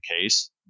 case